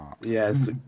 yes